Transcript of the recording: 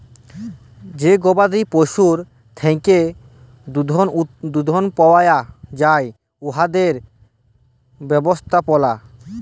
যে গবাদি পশুর থ্যাকে দুহুদ পাউয়া যায় উয়াদের ব্যবস্থাপলা